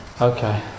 Okay